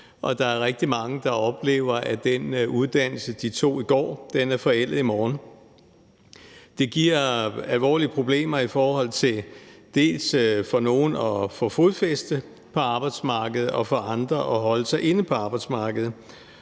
og der er rigtig mange, der oplever, at den uddannelse, de tog i går, er forældet i morgen. Det giver alvorlige problemer i forhold til dels for nogen at få fodfæste på arbejdsmarkedet, dels for andre at holde sig inde på arbejdsmarkedet.